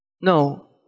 No